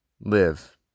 live